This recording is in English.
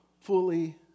Fully